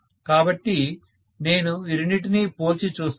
కాబట్టి నేను ఈ రెండింటినీ పోల్చి చూస్తాను